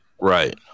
Right